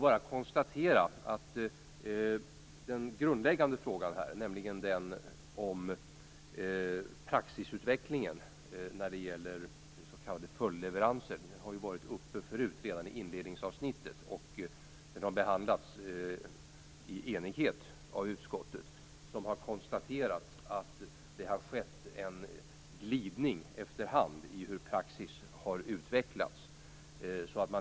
Jag konstaterar bara att den grundläggande frågan, nämligen den om praxisutvecklingen när det gäller s.k. följdleveranser har varit uppe förut - redan i inledningsavsnittet. Frågan har behandlats i enighet av utskottet, som har konstaterat att det efter hand har skett en glidning av hur praxis har utvecklats.